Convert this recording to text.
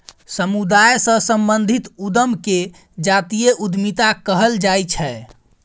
समुदाय सँ संबंधित उद्यम केँ जातीय उद्यमिता कहल जाइ छै